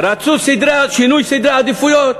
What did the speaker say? רצו שינוי סדרי עדיפויות.